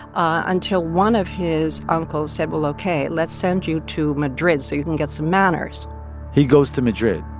until one of his uncles said, well, ok, let's send you to madrid so you can get some manners he goes to madrid,